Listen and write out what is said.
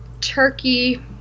turkey